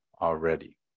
already